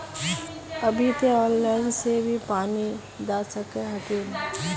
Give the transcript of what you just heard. अभी ते लाइन से भी पानी दा सके हथीन?